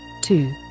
two